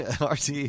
RT